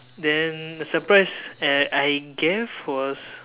then the surprise uh I gave was